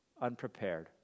unprepared